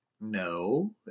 no